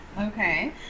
okay